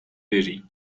بری